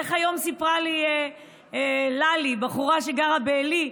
איך היום סיפרה לי ללי, בחורה שגרה בעלי?